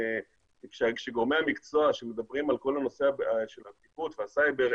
גורמי המקצוע שמדברים על כל הנושא של הסייבר,